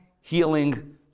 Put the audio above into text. healing